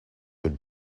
would